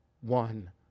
one